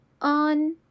on